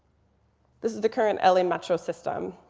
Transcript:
this is the current la metro system.